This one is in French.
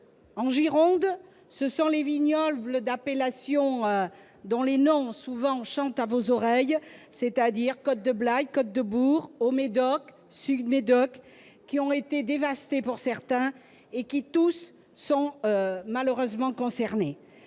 En Gironde, ce sont les vignobles d'appellations dont les noms, souvent, chantent à vos oreilles- Côtes-de-Blaye, Côtes-de-Bourg, Haut-Médoc, Sud-Médoc -qui ont été dévastés, pour certains, et qui, tous, sont malheureusement concernés.